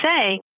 say